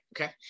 okay